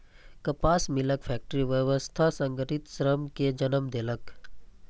कपास मिलक फैक्टरी व्यवस्था संगठित श्रम कें जन्म देलक